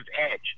edge